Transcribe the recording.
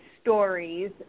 stories